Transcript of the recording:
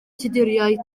tuduriaid